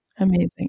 Amazing